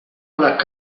alla